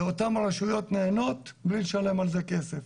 ואותן רשויות נהנות מבלי לשלם על זה כסף.